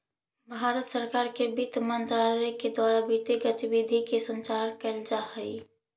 भारत सरकार के वित्त मंत्रालय के द्वारा वित्तीय गतिविधि के संचालन कैल जा हइ